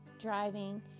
driving